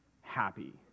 happy